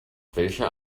welcher